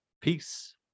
peace